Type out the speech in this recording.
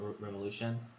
revolution